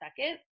second